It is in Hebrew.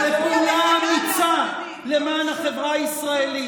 ולפעולה אמיצה למען החברה הישראלית.